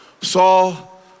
Saul